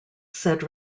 said